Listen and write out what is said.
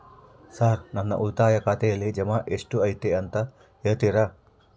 Sir ನನ್ನ ಉಳಿತಾಯ ಖಾತೆಯಲ್ಲಿ ಜಮಾ ಎಷ್ಟು ಐತಿ ಅಂತ ಹೇಳ್ತೇರಾ?